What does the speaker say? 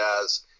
guys